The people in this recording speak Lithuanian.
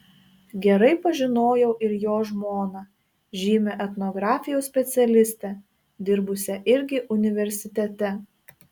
gerai pažinojau ir jo žmoną žymią etnografijos specialistę dirbusią irgi universitete